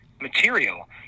Material